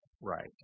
right